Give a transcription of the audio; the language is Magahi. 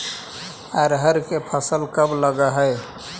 अरहर के फसल कब लग है?